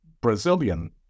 brazilian